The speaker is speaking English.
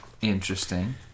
interesting